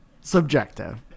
Subjective